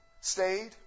stayed